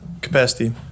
capacity